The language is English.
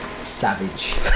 Savage